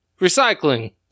Recycling